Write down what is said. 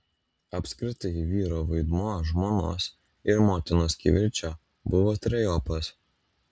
apskritai vyro vaidmuo žmonos ir motinos kivirče buvo trejopas